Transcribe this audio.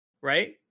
right